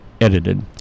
edited